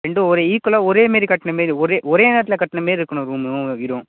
ரெண்டும் ஒரு ஈக்குவலா ஒரே மாரி கட்டின மாரி ஒரே ஒரே நேரத்தில் கட்டின மாரி இருக்கணும் ரூமும் வீடும்